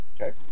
Okay